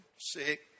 sick